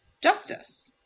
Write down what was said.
justice